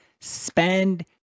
Spend